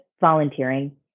volunteering